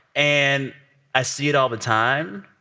and i see it all the time,